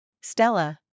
Stella